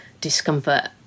discomfort